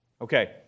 Okay